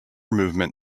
movement